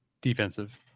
Defensive